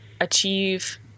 achieve